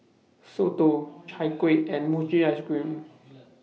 Soto Chai Kueh and Mochi Ice Cream